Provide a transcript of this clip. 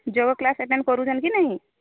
ଯୋଗ class attend କରୁଛନ୍ତି କି ନାଇଁ